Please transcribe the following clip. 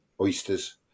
oysters